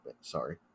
Sorry